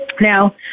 Now